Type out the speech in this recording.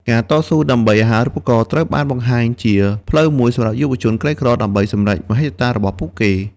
ការតស៊ូដើម្បីអាហារូបករណ៍ ត្រូវបានបង្ហាញជាផ្លូវមួយសម្រាប់យុវជនក្រីក្រដើម្បីសម្រេចមហិច្ឆតារបស់គេ។